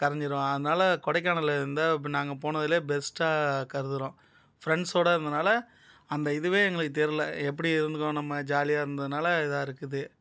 கரைஞ்சிரும் அதனால் கொடைக்கானல்லிருந்தா அப்படி நாங்கள் போனதிலே பெஸ்ட்டாக கருதுகிறோம் ஃப்ரெண்ட்ஸோடு இருந்தனால் அந்த இதுவே எங்களுக்கு தெரில எப்படி இருந்திருக்கோம் நம்ம ஜாலியாக இருந்தனால் இதாயிருக்குது